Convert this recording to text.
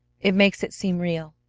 it makes it seem real.